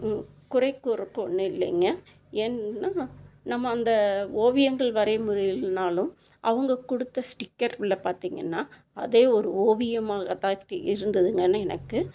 குறைகூறக்கு ஒன்றும் இல்லேங்க ஏன்னால் நம்ம அந்த ஓவியங்கள் வரையமுடியலேனாலும் அவங்க கொடுத்த ஸ்டிக்கர் உள்ளே பார்த்திங்கன்னா அதே ஒரு ஓவியமாகத்தான் இருந்ததுங்க எனக்கு